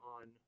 on